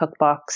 cookbooks